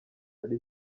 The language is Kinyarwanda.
hari